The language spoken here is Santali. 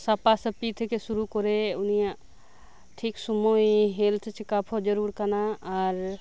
ᱥᱟᱯᱟ ᱥᱟᱯᱤ ᱛᱷᱮᱠᱮ ᱥᱩᱨᱩ ᱠᱚᱨᱮ ᱩᱱᱤᱭᱟᱜ ᱴᱷᱤᱠ ᱥᱩᱢᱟᱹᱭ ᱦᱮᱞᱛᱷ ᱪᱮᱠᱟᱯ ᱦᱚᱸ ᱡᱟᱨᱩᱲ ᱠᱟᱱᱟ ᱟᱨ